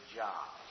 job